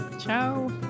Ciao